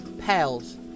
Pals